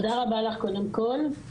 תודה רבה לך קודם כל.